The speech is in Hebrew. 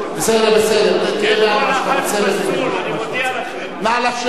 בסדר, בסדר, תן לעם מה שאתה רוצה, מה שאתה רוצה.